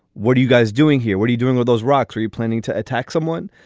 what are you guys doing here? what are you doing with those rocks? are you planning to attack someone?